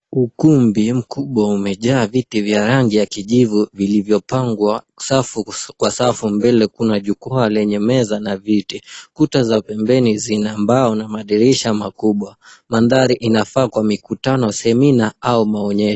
Ukumbi mkubwa umejaa viti vya rangi ya kijivu vilivyopangwa safu kwa safu, mbele kuna jukwaa lenye meza na viti. Kuta za pembeni zina mbao na madirisha makubwa. Mandhari inafaa kwa mikutano wa semina au maonyesho.